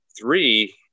three